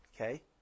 Okay